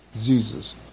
Jesus